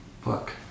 fuck